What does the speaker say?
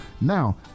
Now